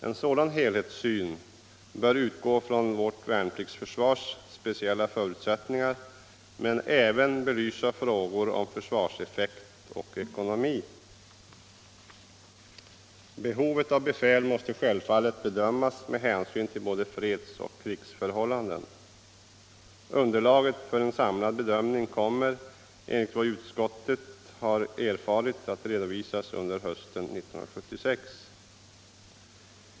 En sådan helhetssyn bör utgå från vårt värnpliktsförsvars speciella förutsättningar men även belysa frågor om försvarseffekt och ekonomi. Behovet av befäl måste självfallet bedömas med hänsyn till både fredsoch krigsförhållanden. Underlag för en samlad bedömning kommer enligt vad utskottet har erfarit att redovisas under hösten 1976.